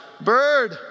Bird